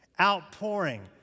outpouring